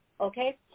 okay